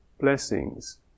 blessings